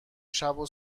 شبو